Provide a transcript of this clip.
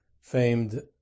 famed